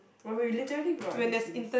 where we literally grow up in h_d_bs